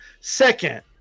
Second